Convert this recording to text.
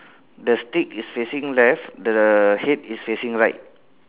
the stick is facing left the head is facing right